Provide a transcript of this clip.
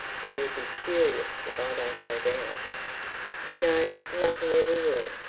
but he'll be furious if i don't go down no nothing ever will.